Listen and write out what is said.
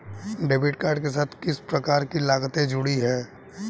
Debit card के साथ किस प्रकार की लागतें जुड़ी हुई हैं?